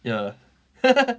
ya